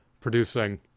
producing